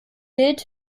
wild